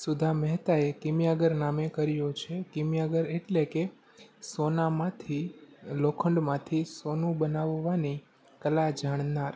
સુધા મહેતાએ કીમિયાગર નામે કર્યો છે કીમિયાગર એટલે કે સોનામાંથી લોખંડમાંથી સોનું બનાવવાની કલા જાણનાર